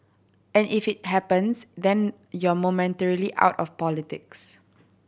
and if it happens then you're momentarily out of politics